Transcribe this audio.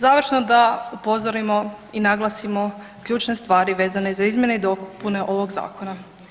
Završno da upozorimo i naglasimo ključne stvari vezane za izmjene i dopune ovog zakona.